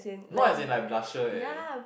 not as in like blusher eh